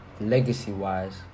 legacy-wise